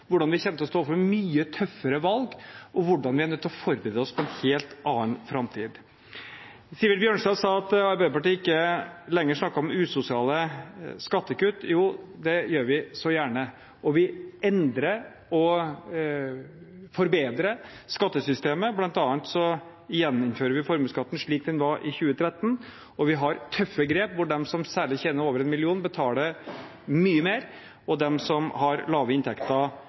hvordan vi kommer til å stå overfor mye tøffere valg, og hvordan vi er nødt til å forberede oss på en helt annen framtid. Sivert Bjørnstad sa at Arbeiderpartiet ikke lenger snakker om usosiale skattekutt. Jo, det gjør vi så gjerne, og vi endrer og forbedrer skattesystemet. Blant annet gjeninnfører vi formuesskatten slik den var i 2013, og vi har tøffe grep hvor særlig de som tjener over en million, betaler mye mer, og de som har lave inntekter,